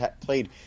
played